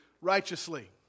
righteously